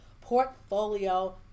portfolio